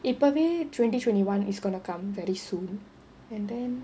:இப்போவே:ippovae twenty twenty one is gonna come very soon and then